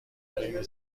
خیلی